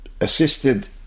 assisted